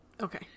Okay